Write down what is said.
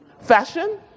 Fashion